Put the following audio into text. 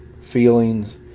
feelings